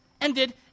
ended